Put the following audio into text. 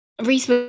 Reese